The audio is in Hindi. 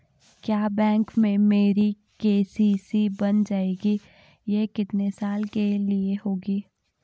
क्या बैंक में मेरी के.सी.सी बन जाएगी ये कितने साल के लिए होगी?